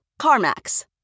CarMax